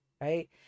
right